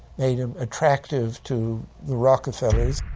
made him attractive to the rockefellers.